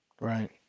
Right